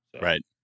Right